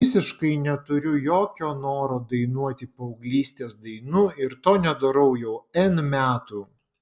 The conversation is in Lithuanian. visiškai neturiu jokio noro dainuoti paauglystės dainų ir to nedarau jau n metų